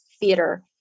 theater